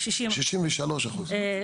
שישים ושלושה אחוז,